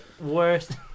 worst